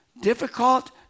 difficult